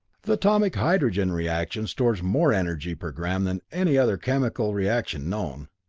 the atomic hydrogen reaction stores more energy per gram than any other chemical reaction known.